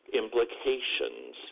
implications